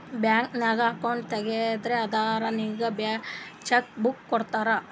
bank ನಾಗ್ account ತೆಗ್ಸಿದಿ ಅಂದುರ್ ನಿಂಗ್ ಚೆಕ್ ಬುಕ್ ಕೊಡ್ತಾರ್